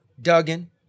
Duggan